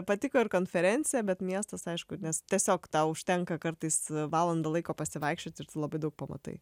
patiko ir konferencija bet miestas aišku nes tiesiog tau užtenka kartais valandą laiko pasivaikščioti ir tu labai daug pamatai